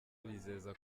bizeza